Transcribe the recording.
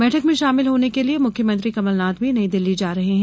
बैठक में शामिल होने के लिये मुख्यमंत्री कमलनाथ भी नई दिल्ली जा रहे है